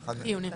חיוניים.